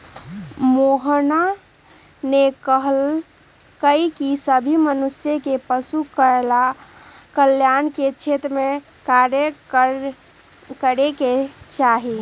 मोहना ने कहल कई की सभी मनुष्य के पशु कल्याण के क्षेत्र में कार्य करे के चाहि